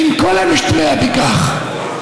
על כל המשתמע מכך.